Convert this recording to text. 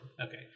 okay